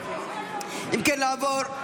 אם כן, נעבור